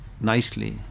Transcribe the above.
nicely